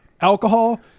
Alcohol